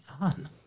on